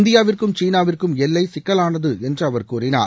இந்தியாவிற்கும் சீனாவிற்கும் எல்லை சிக்கலானது என்று அவர் கூறினார்